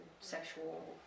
sexual